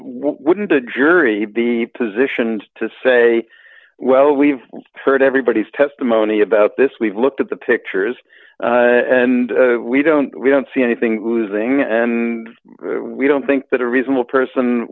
wouldn't the jury be positioned to say well we've heard everybody's testimony about this we've looked at the pictures and we don't we don't see anything losing and we don't think that a reasonable person